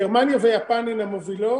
גרמניה ויפן הן המובילות,